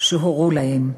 שהורו להם.